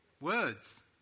Words